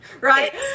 right